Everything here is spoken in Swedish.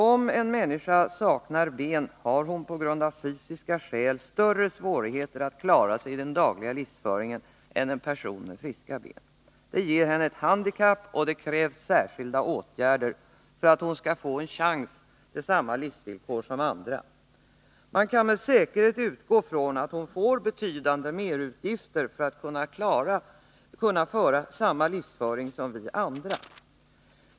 Om en människa saknar ben, har hon av fysiska skäl större svårigheter att klara sig i den dagliga livsföringen än en person med friska ben. Det ger henne ett handikapp, och det krävs särskilda åtgärder för att hon skall få en chans till samma livsvillkor som andra. Man kan med säkerhet utgå från att hon får betydande merutgifter för att kunna ha samma livsföring som vi andra.